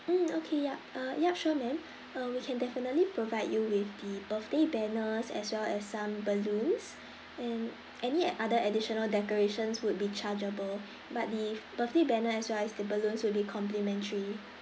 mm okay yup uh yup sure ma'am uh we can definitely provide you with the birthday banners as well as some balloons and any other additional decorations would be chargeable but the birthday banner as well as the balloons will be complimentary